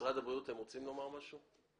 רוצים לומר משהו?